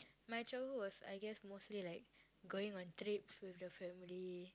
my childhood was I guess mostly like going on trips with the family